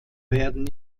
werden